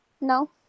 No